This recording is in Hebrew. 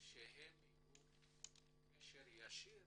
שיהיו קשר ישיר